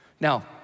Now